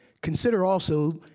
consider also,